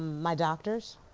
my doctors